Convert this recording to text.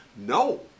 No